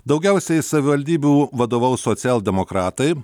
daugiausiai savivaldybių vadovaus socialdemokratai